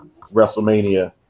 WrestleMania